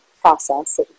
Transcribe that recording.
process